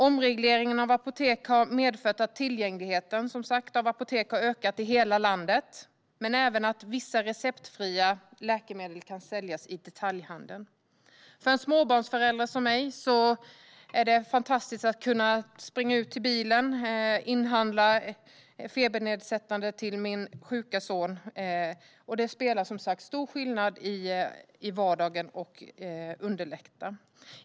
Omregleringen av apotek har som sagt medfört att tillgängligheten till apotek har ökat i hela landet men även att vissa receptfria läkemedel kan säljas i detaljhandeln. För en småbarnsförälder som jag är det fantastiskt att kunna springa ut till bilen och köra till närmaste butik för att inhandla något febernedsättande till min sjuka son. Det gör som sagt stor skillnad i vardagen, och det underlättar.